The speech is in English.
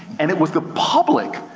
and it was the public,